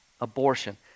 abortion